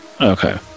Okay